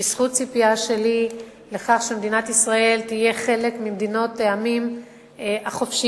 בזכות ציפייה שלי לכך שמדינת ישראל תהיה חלק ממדינות העמים החופשיים,